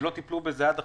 שלא טיפלו בזה עד עכשיו,